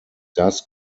does